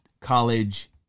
college